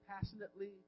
passionately